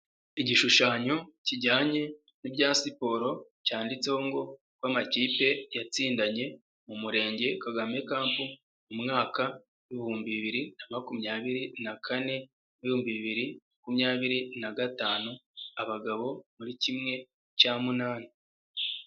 Igishushanyo kijyanye n'ibya siporo cyanditseho ngo "uko amakipe yatsindanye mu murenge kagame cup mu mwaka w' ibihumbi bibiri na makumyabiri na kane n'ibihumbi bibiri makumyabiri na gatanu abagabo muri kimwe cya munani".